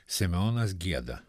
simeonas gieda